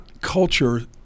culture